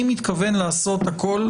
אני מתכוון לעשות הכול,